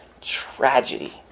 tragedy